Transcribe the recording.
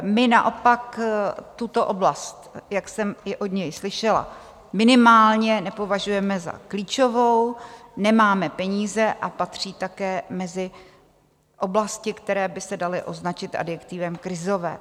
My naopak tuto oblast, jak jsem od něj slyšela, minimálně nepovažujeme za klíčovou, nemáme peníze, a patří také mezi oblasti, které by se daly označit adjektivem krizové.